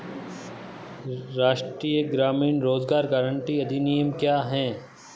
राष्ट्रीय ग्रामीण रोज़गार गारंटी अधिनियम क्या है?